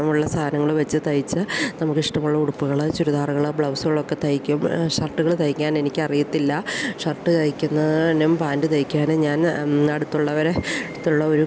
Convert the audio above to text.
ഉള്ള സാധനങ്ങൾ വെച്ച് തയ്ച്ച് നമുക്ക് ഇഷ്ടമുള്ള ഉടുപ്പുകളോ ചുരിദാറുകളോ ബ്ലൗസുകളൊക്കെ തയ്ക്കും ഷർട്ടുകൾ തയ്ക്കാൻ എനിക്ക് അറിയത്തില്ല ഷർട്ട് തയ്ക്കാനും പാൻറ്റ് തയ്ക്കാനും ഞാൻ അടുത്തുള്ളവർ അടുത്തുള്ള ഒരു